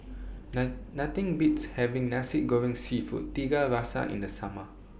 Nothing Beats having Nasi Goreng Seafood Tiga Rasa in The Summer